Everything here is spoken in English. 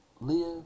live